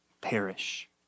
perish